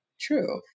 true